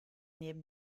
neben